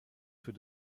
für